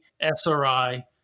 SRI